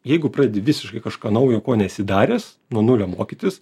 jeigu pradedi visiškai kažką naujo ko nesi daręs nuo nulio mokytis